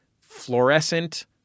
fluorescent